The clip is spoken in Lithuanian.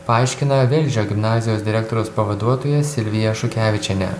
paaiškina velžio gimnazijos direktoriaus pavaduotoja silvija šukevičienė